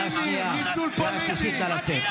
השארתי אותך לא בשביל להפריע.